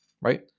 Right